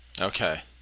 okay